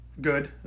good